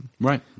Right